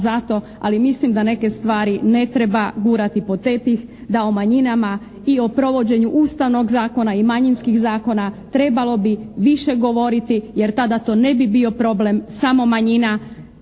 ali mislim da neke stvari ne treba gurati pod tepih, da o manjinama i o provođenju ustavnog zakona i manjinskih zakona trebalo bi više govoriti jer tada to ne bi bio problem samo manjina,